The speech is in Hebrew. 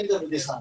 תודה.